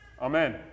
Amen